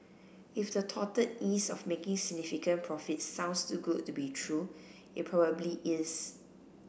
if the touted ease of making significant profits sounds too good to be true it probably is